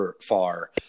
far